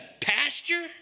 pasture